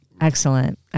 Excellent